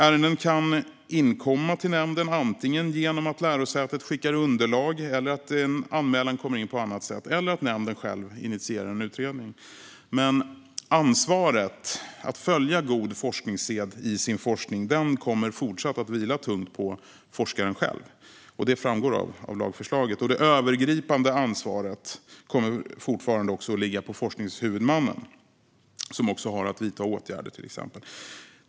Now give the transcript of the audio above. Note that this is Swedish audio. Ärenden kan inkomma till nämnden genom att lärosätet skickar underlag, att en anmälan görs på annat sätt eller att nämnden själv initierar en utredning. Men ansvaret att följa god forskningssed i sin forskning kommer fortfarande att vila tungt på forskaren själv, och det framgår av lagförslaget. Det övergripande ansvaret kommer fortfarande att ligga på forskningshuvudmannen, som också har att vidta åtgärder.